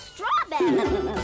Strawberry